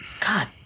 God